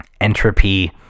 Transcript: entropy